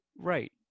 Right